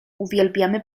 uwielbiamy